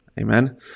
Amen